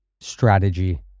Strategy